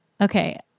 Okay